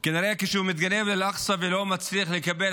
וכנראה שכשהוא מתנגב לאל-אקצא ולא מצליח לקבל